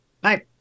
Bye